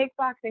kickboxing